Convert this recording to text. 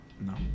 No